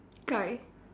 guy